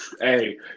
Hey